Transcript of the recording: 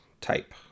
type